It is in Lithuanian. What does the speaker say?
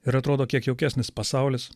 ir atrodo kiek jaukesnis pasaulis